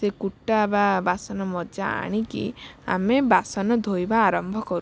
ସେ କୁଟା ବା ବାସନ ମଜା ଆଣିକି ଆମେ ବାସନ ଧୋଇବା ଆରମ୍ଭ କରୁ